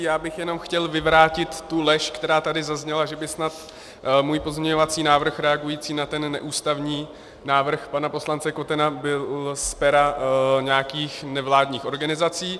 Já bych jenom chtěl vyvrátit tu lež, která tady zazněla, že by snad můj pozměňovací návrh reagující na ten neústavní návrh pana poslance Kotena byl z pera nějakých nevládních organizací.